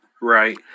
right